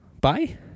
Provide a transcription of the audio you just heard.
Bye